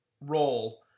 role